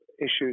issues